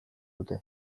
dute